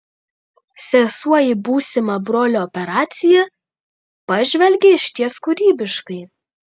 sesuo į būsimą brolio operaciją pažvelgė išties kūrybiškai